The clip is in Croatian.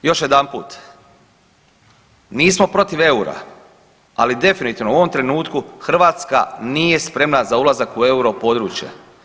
Još jedanput, nismo protiv eura, ali definitivno u ovom trenutku Hrvatska nije spremna za ulazak u euro područje.